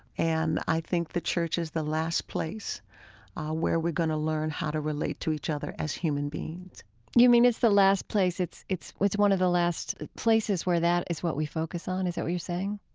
and i think the church is the last place where we're going to learn how to relate to each other as human beings you mean it's the last place it's it's one of the last places where that is what we focus on is that what you're saying?